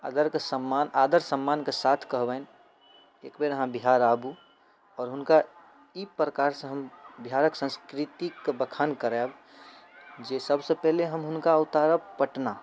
अगरके सम्मान आदर सम्मानके साथ कहबनि एकबेर अहाँ बिहार आबू आओर हुनका ई प्रकारसँ हम बिहारके संस्कृतिके बखान कराएब जे सबसँ पहिले हम हुनका उतारब पटना